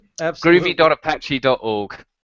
groovy.apache.org